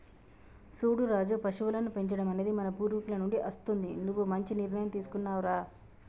సూడు రాజు పశువులను పెంచడం అనేది మన పూర్వీకుల నుండి అస్తుంది నువ్వు మంచి నిర్ణయం తీసుకున్నావ్ రా